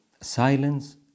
silence